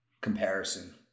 comparison